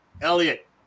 Elliot